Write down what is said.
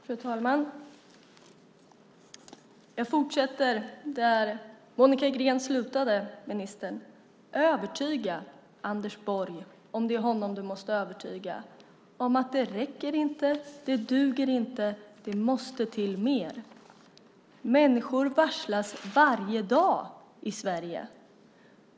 Fru talman! Jag fortsätter där Monica Green slutade, ministern. Övertyga Anders Borg, om det är honom du måste övertyga, om att det inte räcker, om att det inte duger och om att det måste till mer! Människor varslas varje dag i Sverige.